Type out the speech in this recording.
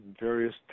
various